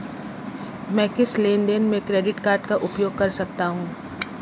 मैं किस लेनदेन में क्रेडिट कार्ड का उपयोग कर सकता हूं?